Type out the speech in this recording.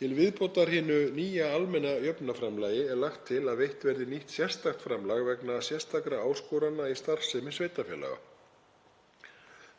Til viðbótar hinu nýja almenna jöfnunarframlagi er lagt til að veitt verði nýtt sérstakt framlag vegna sérstakra áskorana í starfsemi sveitarfélaga.